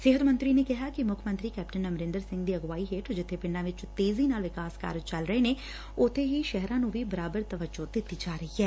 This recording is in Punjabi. ਸਿਹਤ ਮੰਤਰੀ ਨੇ ਕਿਹਾ ਕਿ ਮੁੱਖ ਮੰਤਰੀ ਕੈਪਟਨ ਅਮਰੰਦਰ ਸਿੰਘ ਦੀ ਅਗਵਾਈ ਹੇਠ ਜਿਬੇ ਪਿੰਡਾਂ ਵਿਚ ਤੇਜ਼ੀ ਨਾਲ ਵਿਕਾਸ ਕਾਰਜ ਚੱਲ ਰਹੇ ਨੇ ਉਬੇ ਸ਼ਹਿਰਾਂ ਨੂੰ ਵੀ ਬਰਾਬਰ ਤਵੱਜੋ ਦਿਤੀ ਜਾ ਰਹੀ ਐ